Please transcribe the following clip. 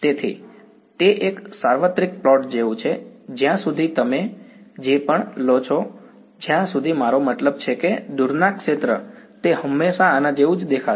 તેથી તે એક સાર્વત્રિક પ્લોટ જેવું છે જ્યાં સુધી તમે જે પણ લો છો જ્યાં સુધી મારો મતલબ છે કે દૂરના ક્ષેત્ર તે હંમેશા આના જેવું જ દેખાશે